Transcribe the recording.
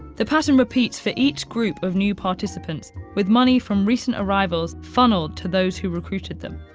the pattern repeats for each group of new participants, with money from recent arrivals funneled to those who recruited them.